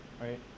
right